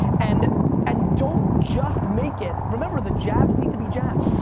and and don't just make it, remember, the jabs need to be jabs.